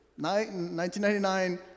1999